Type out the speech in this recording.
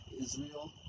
Israel